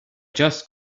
just